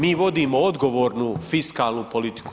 Mi vodimo odgovornu fiskalnu politiku.